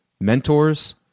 Mentors